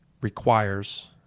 requires